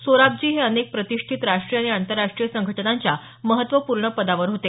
सोराबजी हे अनेक प्रतिष्ठीत राष्ट्रीय आणि आंतरराष्ट्रीय संघटनांच्या महत्वपूर्ण पदावर होते